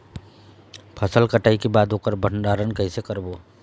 फसल कटाई के बाद ओकर भंडारण कइसे करबो?